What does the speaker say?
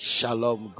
Shalom